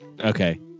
okay